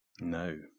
No